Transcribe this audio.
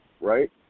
right